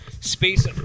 space